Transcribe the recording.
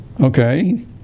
Okay